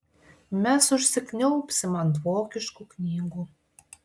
mes užsikniaubsim ant vokiškų knygų